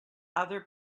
other